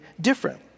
different